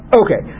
okay